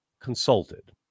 consulted